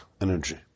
Energy